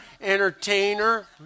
entertainer